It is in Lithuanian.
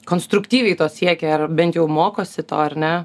konstruktyviai to siekia ar bent jau mokosi to ar ne